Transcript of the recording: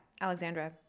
Alexandra